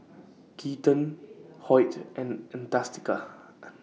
Keaton Hoyt and Adastacia